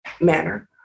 manner